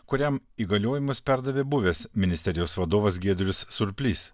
kuriam įgaliojimus perdavė buvęs ministerijos vadovas giedrius surplys